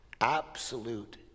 Absolute